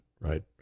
right